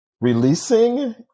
releasing